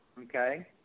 okay